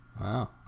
Wow